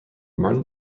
martin